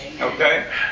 Okay